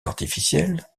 artificielle